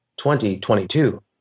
2022